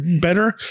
better